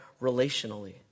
relationally